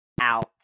out